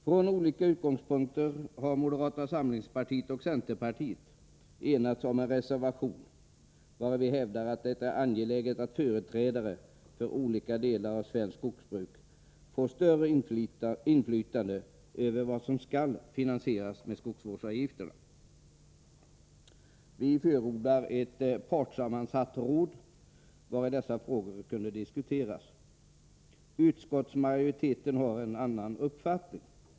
Från olika utgångspunkter har moderata samlingspartiet och centerpartiet enats om en reservation, vari de hävdar att det är angeläget att företrädare för olika delar av svenskt skogsbruk får större inflytande över vad som skall finansieras med skogsvårdsavgifterna. Vi förordar ett partssammansatt råd, vari dessa frågor kunde diskuteras. Utskottsmajoriteten har en annan uppfattning.